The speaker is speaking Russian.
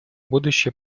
будущее